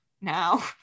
now